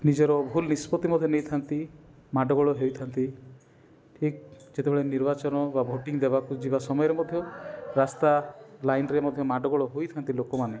ନିଜର ଭୁଲ୍ ନିଷ୍ପତ୍ତି ମଧ୍ୟ ନେଇଥାନ୍ତି ମାଡ଼ଗୋଳ ହେଇଥାନ୍ତି ଠିକ୍ ଯେତେବେଳେ ନିର୍ବାଚନ ବା ଭୋଟିଂ ଦେବାକୁ ଯିବା ସମୟରେ ମଧ୍ୟ ରାସ୍ତା ଲାଇନ୍ରେ ମଧ୍ୟ ମାଡ଼ଗୋଳ ହୋଇଥାନ୍ତି ଲୋକମାନେ